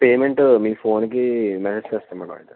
payment మీ ఫోన్కి message చేస్తాను మేడం అయినాక